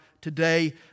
today